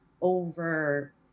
over